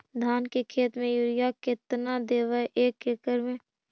धान के खेत में युरिया केतना देबै एक एकड़ में?